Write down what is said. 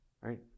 Right